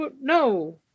no